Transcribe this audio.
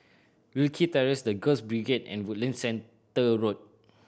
Wilkie Terrace The Girls Brigade and Woodlands Centre Road